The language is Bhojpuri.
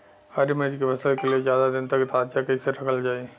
हरि मिर्च के फसल के ज्यादा दिन तक ताजा कइसे रखल जाई?